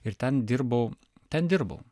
ir ten dirbau ten dirbau